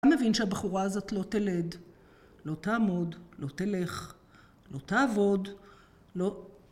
אתה מבין שהבחורה הזאת לא תלד, לא תעמוד, לא תלך, לא תעבוד, לא...